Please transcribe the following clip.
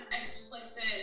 explicit